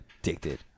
addicted